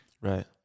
Right